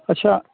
আচ্ছা